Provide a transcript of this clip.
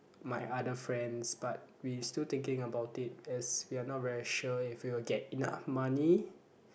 my other friends but we still thinking about it as we are not very sure if we will get enough money